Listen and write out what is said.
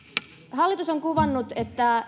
hallitus on kuvannut että